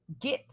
get